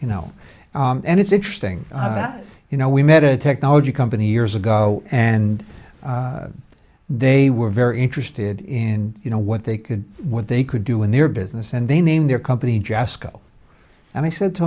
you know and it's interesting you know we met a technology company years ago and they were very interested in you know what they could what they could do in their business and they named their company jesco and i said to